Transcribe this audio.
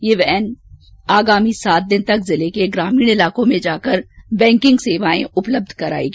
ये वैन आगामी सात दिन तक जिले के ग्रामीण इलाकों में जाकर बैंकिंग सुविधाए उपलब्ध कराएगी